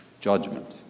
judgment